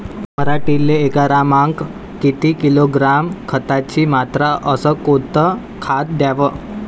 पराटीले एकरामागं किती किलोग्रॅम खताची मात्रा अस कोतं खात द्याव?